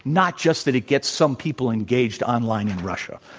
not just that it gets some people engaged online in russia.